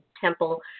Temple